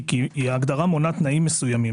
ההגדרה מונה תנאים מסוימים,